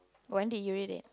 when did you read it